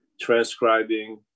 transcribing